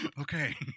okay